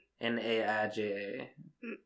N-A-I-J-A